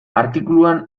artikuluan